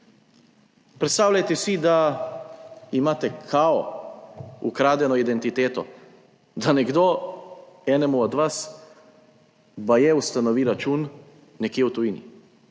Predstavljajte si, da imate "kao" ukradeno identiteto, da nekdo enemu od vas baje ustanovi račun nekje v tujini.